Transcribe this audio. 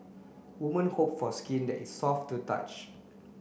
women hope for skin that it's soft to touch